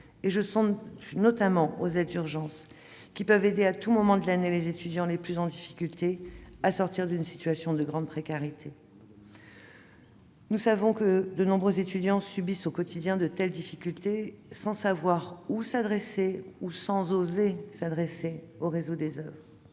Je songe notamment aux aides d'urgence, qui peuvent aider à tout moment de l'année les étudiants les plus en difficulté à sortir d'une situation de grande précarité. Nous savons que de nombreux étudiants subissent au quotidien des problèmes importants sans savoir où s'adresser ou sans oser faire appel au réseau des oeuvres.